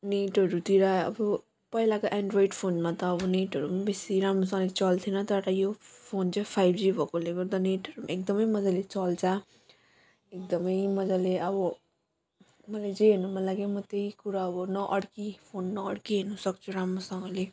नेटहरूतिर अब पहिलाको एन्ड्रइड फोनमा त अब नेटहरू पनि बेसी राम्रोसँग चल्ने थिएन तर यो फोन चाहिँ फाइभ जी भएकोले गर्दा नेट एकदमै मजाले चल्छ एकदमै मजाले अब मलाई जे हेर्न मन लाग्यो म त्यही कुरा अब नअड्की फोन नअड्की हेर्न सक्छु राम्रोसँगले